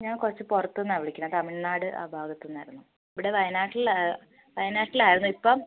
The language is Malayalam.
ഞാൻ കുറച്ച് പുറത്തുനിന്നാണ് വിളിക്കണത് തമിഴ്നാട് ആ ഭാഗത്തുനിന്നായിരുന്നു ഇവിടെ വയനാട്ടിൽ വയനാട്ടിൽ ആയിരുന്നു ഇപ്പം